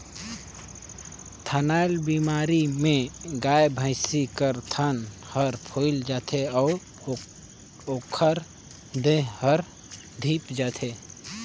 थनैल बेमारी में गाय, भइसी कर थन हर फुइल जाथे अउ ओखर देह हर धिप जाथे